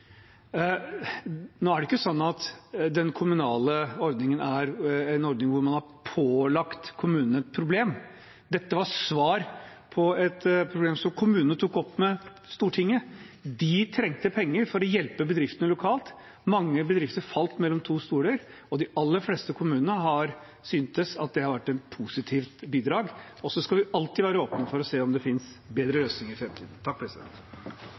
Nå er det ikke slik at den kommunale ordningen er en ordning hvor man har pålagt kommunene et problem. Dette var svar på et problem som kommunene tok opp med Stortinget. De trengte penger for å hjelpe bedriftene lokalt. Mange bedrifter falt mellom to stoler, og de aller fleste kommunene har syntes at det har vært et positivt bidrag. Så skal vi alltid være åpne for å se på om det finnes bedre løsninger i